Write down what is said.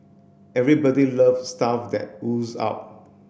everybody loves stuff that ooze out